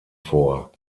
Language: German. vor